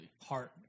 heart